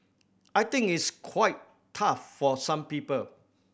I think it's quite tough for some people